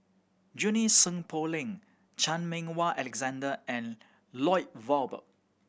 Junie Sng Poh Leng Chan Meng Wah Alexander and Lloyd Valberg